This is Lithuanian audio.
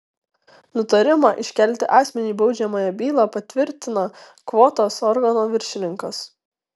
nutarimą iškelti asmeniui baudžiamąją bylą patvirtina kvotos organo viršininkas